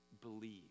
believe